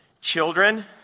Children